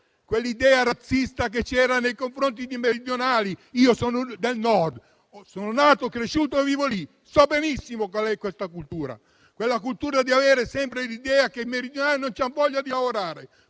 quell'idea razzista che c'era nei confronti di meridionali. Io sono del Nord, sono nato, cresciuto e vivo lì e conosco benissimo tale cultura, che porta ad avere sempre l'idea che i meridionali non hanno voglia di lavorare.